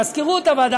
מזכירות הוועדה,